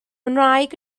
ngwraig